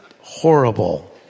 horrible